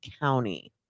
County